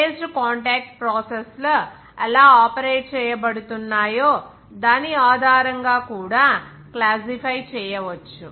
phased contact process ల ఎలా operate చేయబడుతున్నాయో దాని ఆధారంగా కూడా క్లాసిఫై చేయవచ్చు